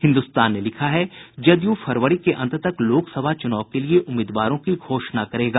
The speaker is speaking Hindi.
हिन्दुस्तान ने लिखा है जदयू फरवरी के अंत तक लोकसभा चुनाव के लिए उम्मीदवारों की घोषणा करेगा